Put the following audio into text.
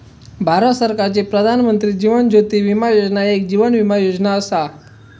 भारत सरकारची प्रधानमंत्री जीवन ज्योती विमा योजना एक जीवन विमा योजना असा